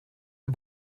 der